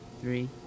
three